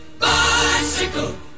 Bicycle